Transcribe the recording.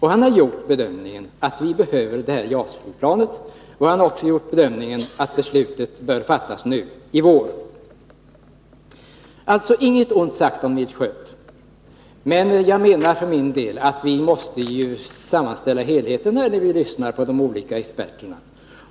Han har gjort den bedömningen att vi behöver JAS-planet och att beslutet bör fattas i vår. Alltså, inget ont sagt om Nils Sköld, men vi måste sammanställa helheten när vi har lyssnat på de olika experterna.